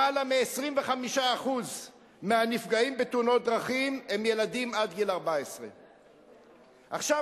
למעלה מ-25% מהנפגעים בתאונות דרכים הם ילדים עד גיל 14. עכשיו,